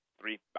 three